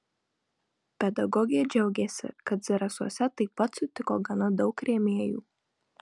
pedagogė džiaugėsi kad zarasuose taip pat sutiko gana daug rėmėjų